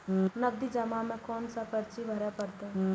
नगदी जमा में कोन सा पर्ची भरे परतें?